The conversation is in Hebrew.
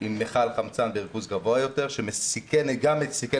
עם מיכל חמצן בריכוז גבוה יותר שגם סיכן